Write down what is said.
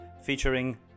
featuring